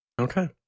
Okay